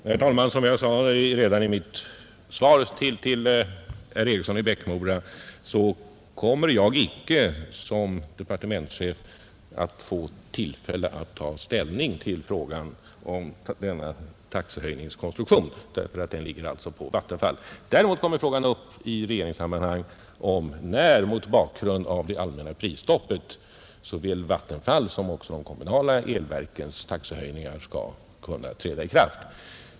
Herr talman! Som jag sade redan i mitt svar till herr Eriksson i Bäckmora kommer jag inte såsom departementschef att få tillfälle att ta ställning till frågan om denna taxehöjnings konstruktion, därför att den ankommer på Vattenfall. Däremot kommer i regeringssammanhang frågan upp som en fråga om dispens från det allmänna prisstoppet; detta gäller såväl Vattenfalls som de kommunala elverkens taxehöjningar.